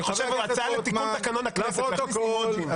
הצעה לתיקון תקנון הכנסת להכניס אימוג'ים.